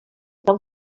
tan